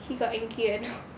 he got angry or not